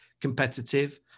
competitive